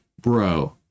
bro